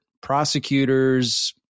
prosecutors